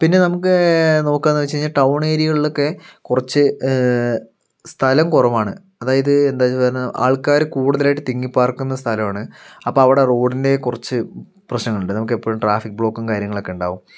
പിന്നെ നമുക്ക് നോക്കാമെന്ന് വെച്ചുകഴിഞ്ഞാൽ ടൗൺ ഏരിയകളിലൊക്കെ കുറച്ച് സ്ഥലം കുറവാണ് അതായത് എന്താന്ന് പറഞ്ഞാൽ ആൾക്കാര് കൂടുതലായിട്ട് തിങ്ങി പാർക്കുന്ന സ്ഥലവാണ് അപ്പോൾ അവിടെ റോഡിനെ കുറച്ച് പ്രശ്നങ്ങളുണ്ട് നമുക്കെപ്പൊഴും ട്രാഫിക് ബ്ലോക്കും കാര്യങ്ങളൊക്കെ ഉണ്ടാവും